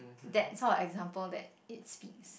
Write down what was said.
that's not an example that it speaks